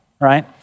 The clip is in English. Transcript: right